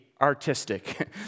artistic